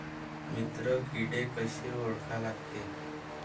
मित्र किडे कशे ओळखा लागते?